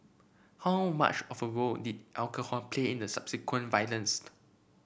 how much of a role did alcohol play in the subsequent violence